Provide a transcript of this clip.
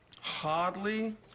Hardly